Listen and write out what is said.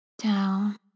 down